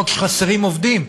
לא רק שחסרים עובדים,